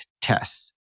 Tests